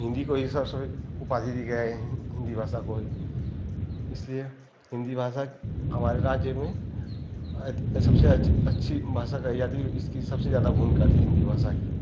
हिन्दी को ही सब सब उपाधि दी गया है हिन्दी भाषा कोई इसलिए हिन्दी भाषा हमारे राज्य में सबसे अच्छी अच्छी भाषा कही जाती इसकी सबसे ज़्यादा भूमिका थी हिन्दी भाषा की